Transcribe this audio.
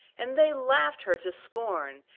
and they laughed her to scorn,